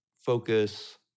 focus